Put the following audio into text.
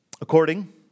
According